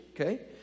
Okay